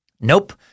Nope